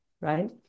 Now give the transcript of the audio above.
right